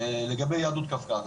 לגבי יהדות קווקז.